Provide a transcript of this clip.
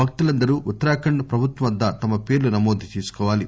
భక్తులందరు ఉత్తరాఖండ్ ప్రభుత్వం వద్ద తమ పేరు నమోదు చేసుకోవాలి